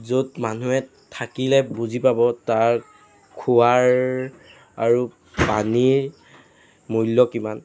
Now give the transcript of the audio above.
য'ত মানুহে থাকিলে বুজি পাব তাৰ খোৱাৰ আৰু পানীৰ মূল্য কিমান